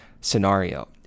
scenario